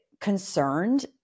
concerned